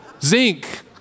Zinc